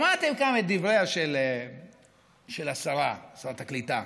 שמעתם כאן את דבריה של השרה, שרת הקליטה,